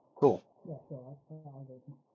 Cool